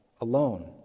alone